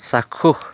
চাক্ষুষ